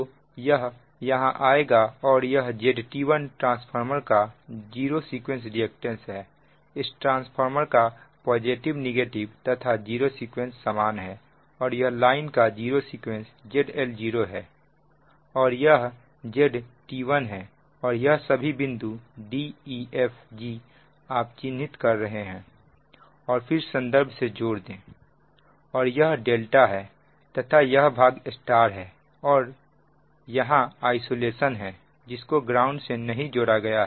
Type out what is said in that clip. तो यह यहां आएगा और यह ZT1 ट्रांसफार्मर का जीरो सीक्वेंस रिएक्टेंस है इस ट्रांसफार्मर का पॉजिटिव नेगेटिव तथा जीरो सीक्वेंस समान है और यह लाइन का जीरो सीक्वेंस ZL0है और यह ZT1 है और यह सभी बिंदु d e f g आप चिन्हित करें और फिर संदर्भ से जोड़ दें और यह भाग ∆ है तथा यह भाग Y है और यहां आइसोलेशन है जिसको ग्राउंड से नहीं जोड़ा गया